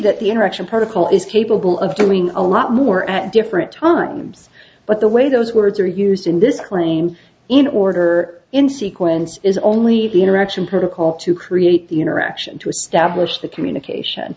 that the interaction particle is capable of doing a lot more at different times but the way those words are used in this claim in order in sequence is only the interaction protocol to create the interaction to establish the communication